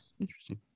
interesting